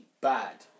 bad